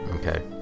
Okay